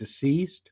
deceased